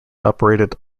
operated